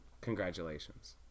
Congratulations